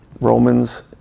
Romans